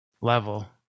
level